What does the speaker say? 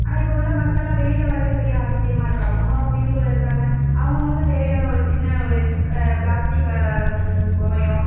ஆனால் இப்போ உள்ள மக்களெலாம் வெளியில் வரதே பெரிய ஆச்சரியமா இருக்குது அவங்கவுங்க அவங்க வீட்டுக்குள்ளே இருக்காங்க அவங்கவுங்களுக்கு தேவையான ஒரு சின்ன ஒரு பிளாஸ்டிக் பொம்மையோ